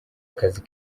akazi